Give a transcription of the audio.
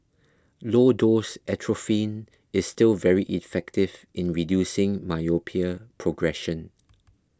low dose atropine is still very effective in reducing myopia progression